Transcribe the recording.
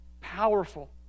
powerful